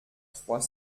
trois